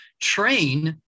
Train